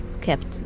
Kept